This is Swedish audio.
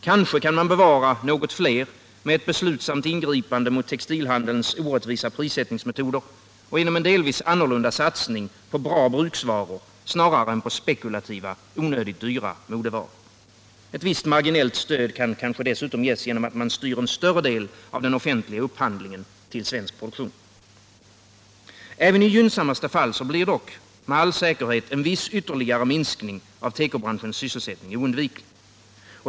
Kanske kan man bevara något fler med ett beslutsamt ingripande mot textilhandelns orättvisa prissättningsmetoder och genom en delvis annorlunda satsning på bra bruksvaror snarare än på spekulativa, onödigt dyra modevaror. Ett visst marginellt stöd kan kanske dessutom ges genom att man styr en större del av den offentliga upphandlingen till svensk produktion. Även i gynnsammaste fall blir dock med all säkerhet en viss ytterligare minskning av tekobranschens sysselsättning oundviklig.